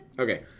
Okay